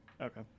Okay